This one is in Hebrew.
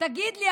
תגיד לי,